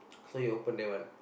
so he open that one